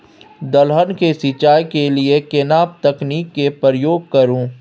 दलहन के सिंचाई के लिए केना तकनीक के प्रयोग करू?